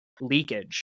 leakage